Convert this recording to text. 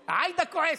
להשתלה?